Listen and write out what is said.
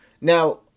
Now